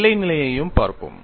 எல்லை நிலையையும் பார்ப்போம்